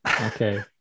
Okay